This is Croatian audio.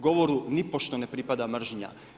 Govoru nipošto ne pripada mržnja.